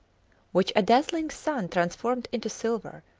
which a dazzling sun transformed into silver,